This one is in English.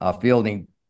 fielding